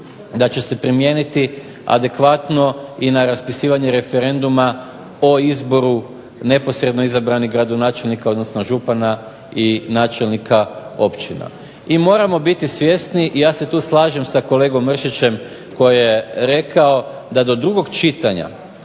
da će se primijeniti adekvatno i na raspisivanje referenduma o izboru neposredno izabranih gradonačelnika, odnosno župana i načelnika općina. I moramo biti svjesni, ja se tu slažem sa kolegom Mršićem koji je rekao da do drugog čitanja